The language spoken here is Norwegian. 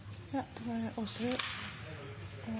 ja, kanskje var